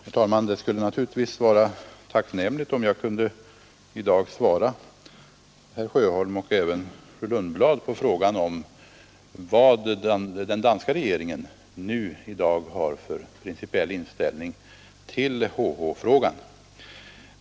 Herr talman! Det skulle naturligtvis vara tacknämligt om jag här kunde svara herr Sjöholm och fru Lundblad på frågan vad den danska regeringen i dag har för principiell inställning till Helsingborg—Helsingörfrågan.